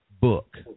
book